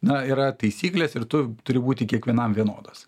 na yra taisyklės ir tu turi būti kiekvienam vienodas